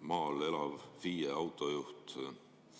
maal elav FIE, autojuht,